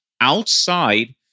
outside